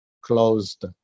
closed